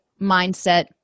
mindset